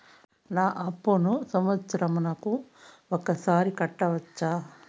నా అప్పును సంవత్సరంకు ఒకసారి కట్టవచ్చా?